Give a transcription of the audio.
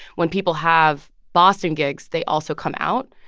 when people have boston gigs, they also come out.